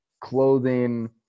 clothing